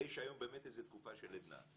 ויש היום באמת איזה תקופה של עדנה.